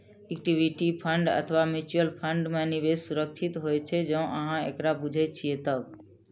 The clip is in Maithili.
इक्विटी फंड अथवा म्यूचुअल फंड मे निवेश सुरक्षित होइ छै, जौं अहां एकरा बूझे छियै तब